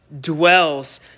dwells